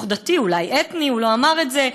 אולי אתני, הוא לא אמר את זה.